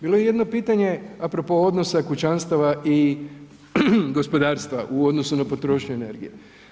Bilo je jedno pitanje apropo odnosa kućanstava i gospodarstva u odnosu na potrošnju energije.